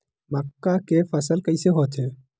मक्का के फसल कइसे होथे?